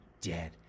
dead